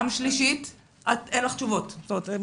דבר שלישי,